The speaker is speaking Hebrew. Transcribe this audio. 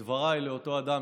את דבריי לאותו אדם,